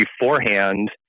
beforehand